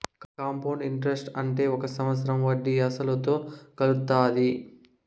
compound interest అంటే ఒక సంవత్సరం వడ్డీ అసలుతో కలుత్తాది